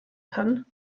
kann